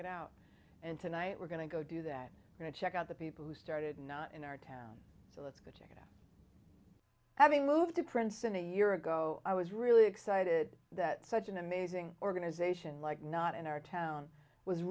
it out and tonight we're going to go do that going to check out the people who started not in our town so let's go to him having moved to princeton a year ago i was really excited that such an amazing organization like not in our town was